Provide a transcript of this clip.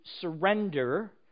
surrender